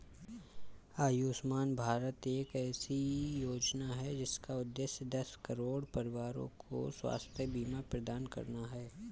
आयुष्मान भारत एक ऐसी योजना है जिसका उद्देश्य दस करोड़ परिवारों को स्वास्थ्य बीमा प्रदान करना है